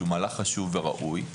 שהוא חשוב וראוי,